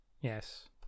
yes